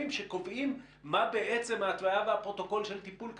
שקובעים מה בעצם ההתנייה בפרוטוקול של טיפול כזה.